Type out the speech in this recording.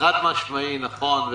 חד-משמעית נכון.